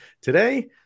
Today